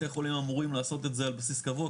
בתי חולים אמורים לעשות את זה על בסיס קבוע,